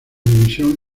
dimisión